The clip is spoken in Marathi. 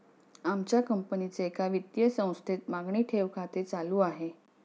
आमच्या कंपनीचे एका वित्तीय संस्थेत मागणी ठेव खाते चालू आहे